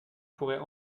pourrait